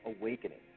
awakening